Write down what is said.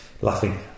laughing